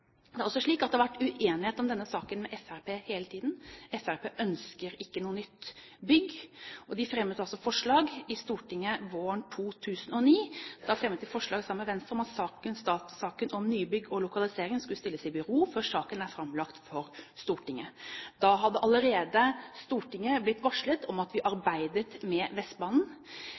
Det er også slik at det har vært uenighet om denne saken med Fremskrittspartiet hele tiden. Fremskrittspartiet ønsker ikke noe nytt bygg. De fremmet altså forslag i Stortinget våren 2009. Da fremmet de forslag sammen med Venstre om at saken om nybygg og lokalisering skulle stilles i bero før saken er framlagt for Stortinget. Da hadde allerede Stortinget blitt varslet om at vi arbeidet med Vestbanen.